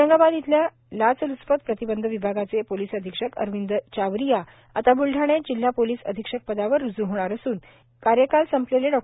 औरंगाबाद येथील लाच ल्चपत प्रतिबंध विभागाचे पोलिस अधिक्षक अरविंद चावरिया आता बुलडाण्यात जिल्हा पोलीस अधिक्षक पदावर रुजु होणार असून कार्यकाल संपलेले डॉ